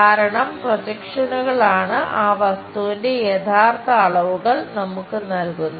കാരണം പ്രൊജക്ഷനുകളാണ് ആ വസ്തുവിന്റെ യഥാർത്ഥ അളവുകൾ നമുക്ക് നൽകുന്നത്